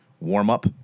warm-up